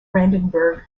brandenburg